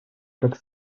как